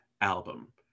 album